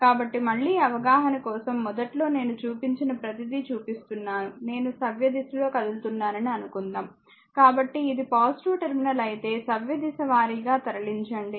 కాబట్టి మళ్ళీ అవగాహన కోసం మొదట్లో నేను చూపించిన ప్రతిదీ చూపిస్తున్నాను నేను సవ్యదిశలో కదులుతున్నానని అనుకుందాం కాబట్టిఇది టెర్మినల్ అయితే సవ్యదిశ వారీగా తరలించండి